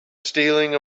stealing